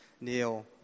Neil